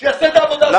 בוועדה.